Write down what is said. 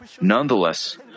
Nonetheless